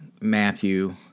Matthew